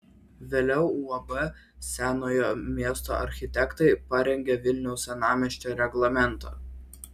vėliau uab senojo miesto architektai parengė vilniaus senamiesčio reglamentą